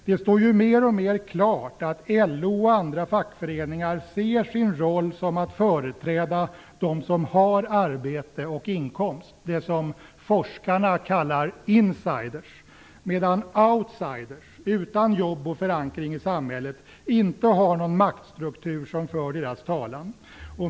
Det står ju mer och mer klart att LO och andra fackföreningar ser sin roll som att företräda dem som har arbete och inkomst, dem som forskarna kallar insiders, medan outsiders, utan jobb och förankring i samhället, inte har någon maktstruktur som för deras talan.